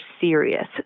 serious